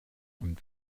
und